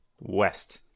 west